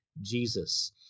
Jesus